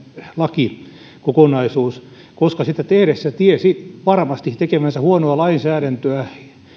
lakikokonaisuus koska sitä tehdessä tiesi varmasti tekevänsä huonoa lainsäädäntöä ja